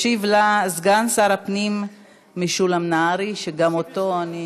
ישיב לה סגן שר הפנים משולם נהרי, שגם אותו אני